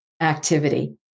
activity